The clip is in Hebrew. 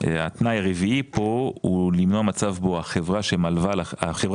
התנאי הרביעי כאן הוא למנוע מצב בו החברה הזרה,